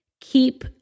keep